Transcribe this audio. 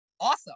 awesome